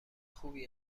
خوبی